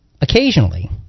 occasionally